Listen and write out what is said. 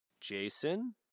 Jason